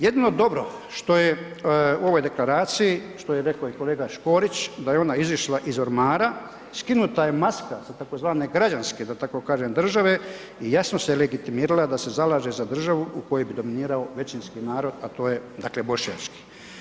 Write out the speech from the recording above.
Jedino dobro što je u ovoj deklaraciji, što je rekao i kolega Škorić, da je ona izišla iz ormara, skinuta je maska sa tzv. građanske da tako kažem države i jasno se legitimirala da se zalaže za državu u kojoj bi dominirao većinski narod a to je dakle bošnjački.